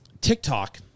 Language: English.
TikTok